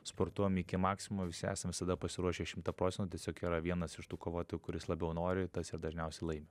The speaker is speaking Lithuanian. sportuojam iki maksimumo visi esam visada pasiruošę šimtą procentų tiesiog yra vienas iš tų kovotojų kuris labiau nori tas ir dažniausiai laimi